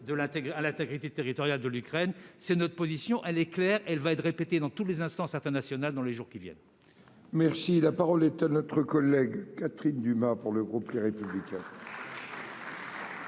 à l'intégrité territoriale de l'Ukraine. Telle est notre position. Elle est claire et elle va être répétée au sein de toutes les instances internationales dans les jours qui viennent. La parole est à Mme Catherine Dumas, pour le groupe Les Républicains.